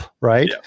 Right